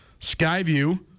Skyview